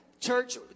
church